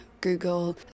Google